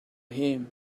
him